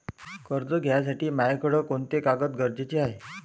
कर्ज घ्यासाठी मायाकडं कोंते कागद गरजेचे हाय?